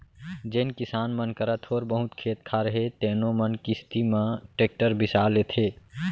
जेन किसान मन करा थोर बहुत खेत खार हे तेनो मन किस्ती म टेक्टर बिसा लेथें